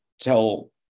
tell